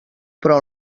però